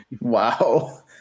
Wow